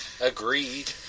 agreed